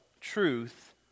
truth